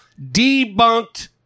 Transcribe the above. debunked